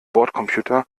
bordcomputer